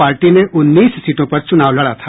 party ने उन्नीस सीटों पर चुनाव लड़ा था